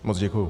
Moc děkuju.